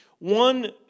One